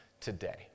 today